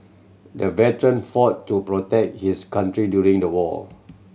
the veteran fought to protect his country during the war